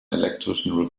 elektrischen